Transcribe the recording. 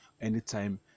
anytime